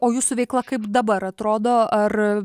o jūsų veikla kaip dabar atrodo ar